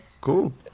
cool